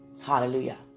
Hallelujah